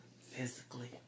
physically